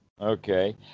Okay